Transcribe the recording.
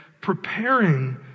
preparing